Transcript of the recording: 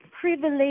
privilege